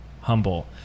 humble